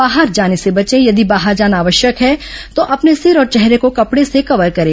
बाहर जाने से बचें यदि बाहर जाना आवश्यक है तो अपने सिर और चेहरे को कपडे से कवर करें